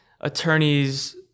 attorney's